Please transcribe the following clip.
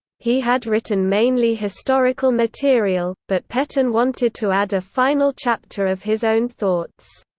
he had written mainly historical material, but petain wanted to add a final chapter of his own thoughts.